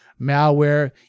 malware